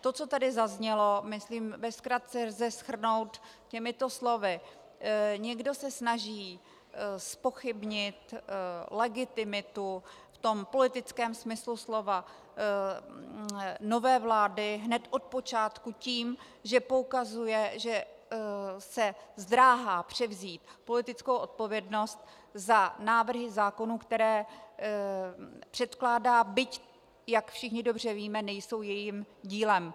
To, co tady zaznělo, myslím ve zkratce lze shrnout těmito slovy: Někdo se snaží zpochybnit legitimitu v tom politickém smyslu slova nové vlády hned od počátku tím, že poukazuje, že se zdráhá převzít politickou odpovědnost za návrhy zákonů, které předkládá, byť jak všichni dobře víme nejsou jejím dílem.